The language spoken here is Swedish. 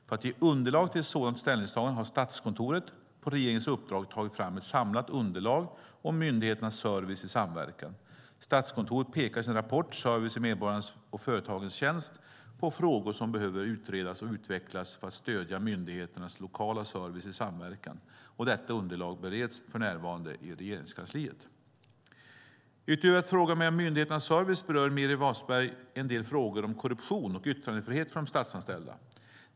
För att ge underlag till ett sådant ställningstagande har Statskontoret på regeringens uppdrag tagit fram ett samlat underlag om myndigheternas service i samverkan. Statskontoret pekar i sin rapport Service i medborgarnas och företagens tjänst på frågor som behöver utredas och utvecklas för att stödja myndigheternas lokala service i samverkan. Detta underlag bereds för närvarande i Regeringskansliet. Utöver att fråga mig om myndigheternas service berör Meeri Wasberg en del frågor om korruption och yttrandefrihet för statsanställda.